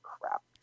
crap